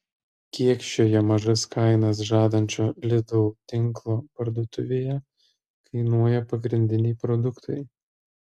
kiek šioje mažas kainas žadančio lidl tinklo parduotuvėje kainuoja pagrindiniai produktai